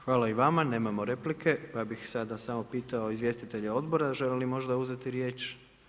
Hvala i vama, nemamo replike pa bih sada samo pitao izvjestitelja odbora želi li možda uzeti riječ?